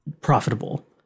profitable